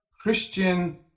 Christian